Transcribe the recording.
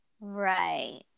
Right